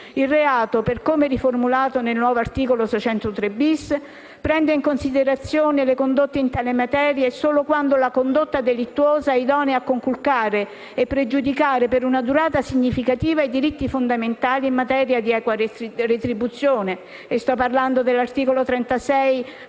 Il reato, per come riformulato nel nuovo articolo 603-*bis*, prende in considerazione le condotte in tali "materie" solo quando la condotta delittuosa è idonea a conculcare e pregiudicare per una durata significativa i diritti fondamentali in materia di equa retribuzione - sto parlando dell'articolo 36,